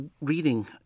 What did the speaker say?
reading